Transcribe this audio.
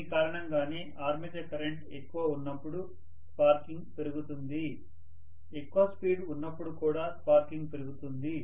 దీని కారణంగానే armature current ఎక్కువ ఉన్నప్పుడు స్పార్కింగ్ పెరుగుతుంది ఎక్కువ స్పీడ్ ఉన్నప్పుడు కూడా స్పార్కింగ్ పెరుగుతుంది